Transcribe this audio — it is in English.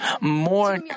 more